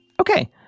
Okay